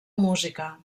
música